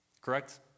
Correct